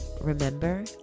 remember